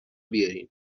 بیارین